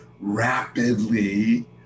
rapidly